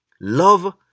Love